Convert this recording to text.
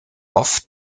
oft